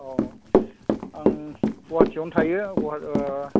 अ आं गुवाहाटिआवनो थायो